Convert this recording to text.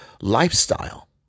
lifestyle